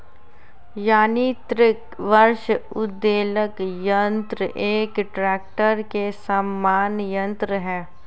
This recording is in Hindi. यान्त्रिक वृक्ष उद्वेलक यन्त्र एक ट्रेक्टर के समान यन्त्र है